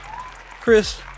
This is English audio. chris